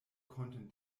konnten